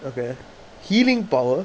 okay healing power